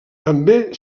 també